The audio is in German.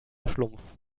schlumpf